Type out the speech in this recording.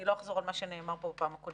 אני לא אחזור על מה שנאמר פה בפעם הקודמת,